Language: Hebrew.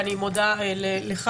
ואני מודה לך,